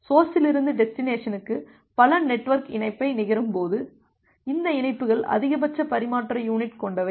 சோர்ஸிலிருந்து டெஸ்டினேசனுக்கு பல நெட்வொர்க் இணைப்பை நிகரும்போது இந்த இணைப்புகள் அதிகபட்ச பரிமாற்ற யுனிட் கொண்டவை